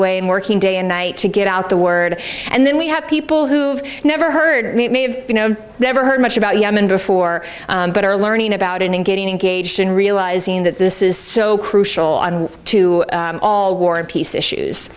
way and working day and night to get out the word and then we have people who've never heard it may have never heard much about yemen before but are learning about it and getting engaged and realizing that this is so crucial to all war and peace issues